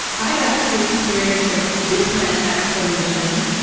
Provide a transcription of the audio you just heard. i got to experience a different explanation!